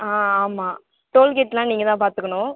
ஆ ஆமாம் டோல்கேட்லாம் நீங்கள்தான் பார்த்துக்குணும்